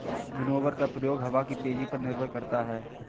winnower का प्रयोग हवा की तेजी पर निर्भर करता है